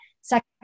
second